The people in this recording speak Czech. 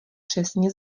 přesně